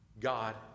God